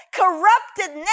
corrupted